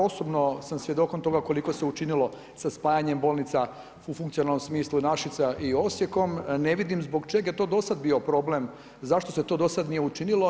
Osobno sam svjedokom toga koliko se učinilo sa spajanjem bolnica u funkcionalnom smislu Našica i Osijekom, ne vidim zbog čega je to do sada bio problem, zašto se to do sada nije učinilo?